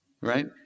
Right